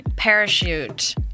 Parachute